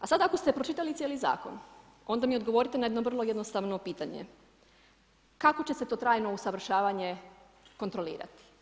A sad ako ste pročitali zakon onda mi odgovorite na jedno vrlo jednostavno pitanje kako će se to trajno usavršavanje kontrolirati?